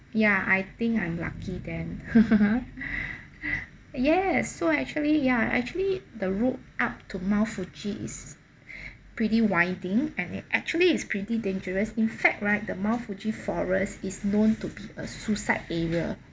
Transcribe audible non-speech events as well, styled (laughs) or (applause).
ya I think I'm lucky then (laughs) yes so actually ya actually the road up to mount fuji is (breath) pretty winding and it actually it's pretty dangerous in fact right the mount fuji forest is known to be a suicide area